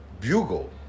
Bugle